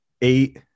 Eight